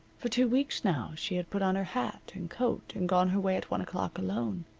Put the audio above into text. for two weeks now she had put on her hat and coat and gone her way at one o'clock alone.